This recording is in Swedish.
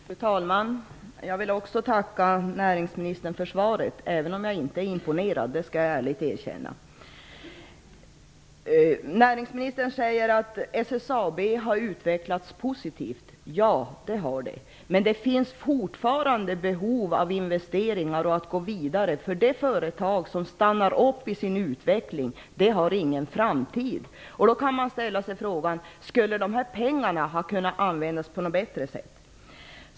Fru talman! Jag vill också tacka näringsministern för svaret, även om jag inte är imponerad -- det skall jag ärligt erkänna. Näringsministern säger att SSAB har utvecklats positivt. Ja, det har det gjort. Men det finns fortfarande behov av investeringar och av att gå vidare. De företag som stannar upp i sin utveckling har ingen framtid. Då kan man ställa sig frågan: Skulle dessa pengar ha kunnat användas på något bättre sätt?